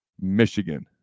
Michigan